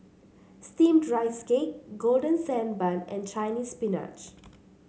steamed Rice Cake Golden Sand Bun and Chinese Spinach